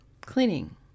cleaning